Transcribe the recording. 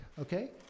Okay